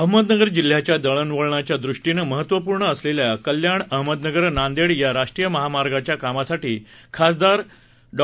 अहमदनगर जिल्ह्याच्या दळणवळणाच्या दृष्टीने महत्वपूर्ण असलेल्या कल्याण अहमदनगर नांदेड या राष्ट्रीय महामार्गाच्या कामासाठी खासदार डॉ